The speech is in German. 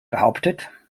behauptet